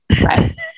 Right